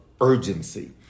urgency